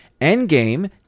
Endgame